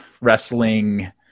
Wrestling